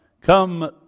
come